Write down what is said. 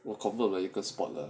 我 confirm 了一个 spot 了